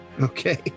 okay